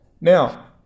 Now